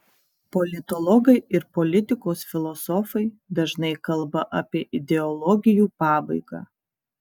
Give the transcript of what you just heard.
politologai ir politikos filosofai dažnai kalba apie ideologijų pabaigą